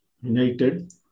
united